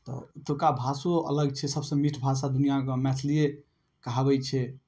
तऽ एतुक्का भाषो अलग छै सभसँ मीठ भाषा दुनिआँके मैथलिए कहाबैत छै